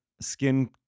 skin